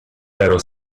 pero